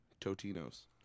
Totino's